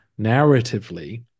narratively